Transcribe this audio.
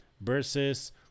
versus